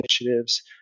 initiatives